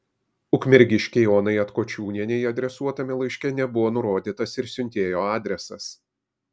ukmergiškei onai atkočiūnienei adresuotame laiške nebuvo nurodytas ir siuntėjo adresas